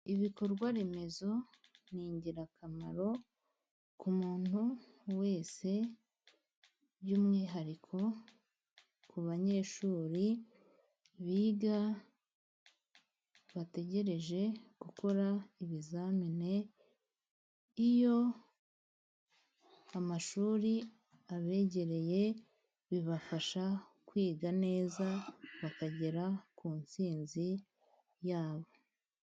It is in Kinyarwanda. Ibikorwa remezo ni ingirakamaro ku muntu wese, by'umwihariko ku banyeshuri biga bategereje gukora ibizamini, iyo amashuri abegereye bibafasha kwiga neza, bakagera ku ntsinzi yabo.